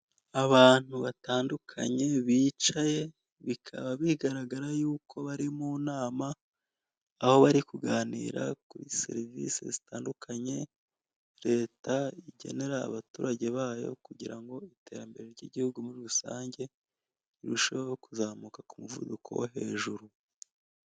Abantu batandukanye bicaye bikaba bigaragara y'uko bari mu nama, aho bari kuganira kuri serivise zitandukanye leta igenera abaturage bayo kugira ngo iterambere ry'igihugu muri rusange rirusheho kuzamuka k'umuvuduko wo hejuru.